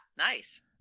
Nice